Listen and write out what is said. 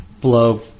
blow